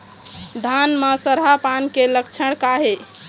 धान म सरहा पान के लक्षण का हे?